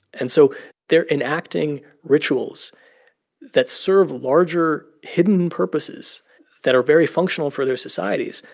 and so they're enacting rituals that serve larger, hidden purposes that are very functional for their societies.